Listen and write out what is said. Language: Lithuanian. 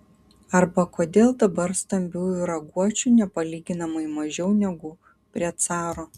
arba kodėl dabar stambiųjų raguočių nepalyginamai mažiau negu prie caro